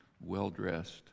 well-dressed